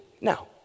Now